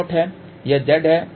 तो यह Z0 है यह Z है